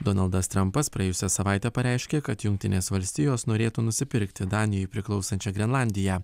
donaldas trampas praėjusią savaitę pareiškė kad jungtinės valstijos norėtų nusipirkti danijai priklausančią grenlandiją